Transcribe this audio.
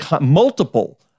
multiple